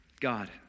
God